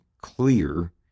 clear